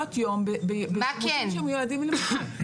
מעונות יום בשימושים שמיועדים --- מה כן?